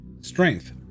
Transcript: Strength